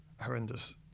horrendous